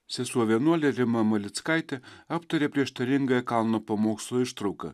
sesuo vienuolė rima malickaitė aptarė prieštaringąją kalno pamokslo ištrauką